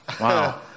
Wow